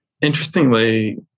Interestingly